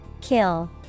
Kill